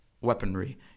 Weaponry